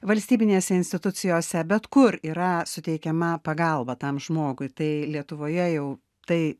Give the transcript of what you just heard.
valstybinėse institucijose bet kur yra suteikiama pagalba tam žmogui tai lietuvoje jau tai